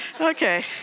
Okay